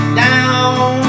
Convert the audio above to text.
down